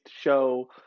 show